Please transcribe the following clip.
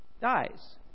dies